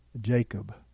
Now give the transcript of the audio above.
Jacob